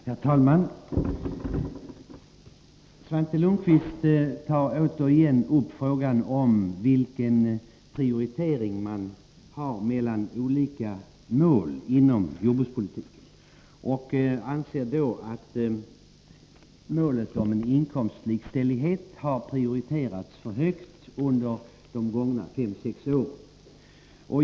Herr talman! Svante Lundkvist tar återigen upp frågan om prioriteringen mellan olika mål inom jordbrukspolitiken. Han anser att målet om en inkomstlikställighet har prioriterats för högt under de gångna fem sex åren.